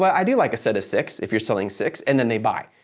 i do like a set of six, if you're selling six. and then they buy.